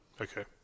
Okay